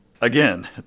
Again